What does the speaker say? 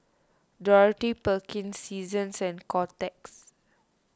Dorothy Perkins Seasons and Kotex